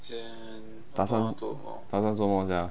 打算打算做么 sia